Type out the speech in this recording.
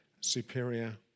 superior